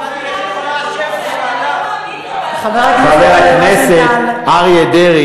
חבר הכנסת אריה דרעי,